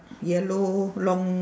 yellow long